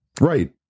right